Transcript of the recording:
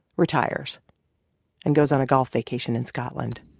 retires and goes on a golf vacation in scotland.